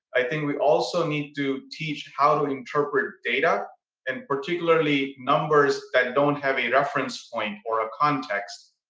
i think we also need to teach how to interpret data and particularly numbers that don't have a reference point or a context,